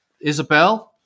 Isabel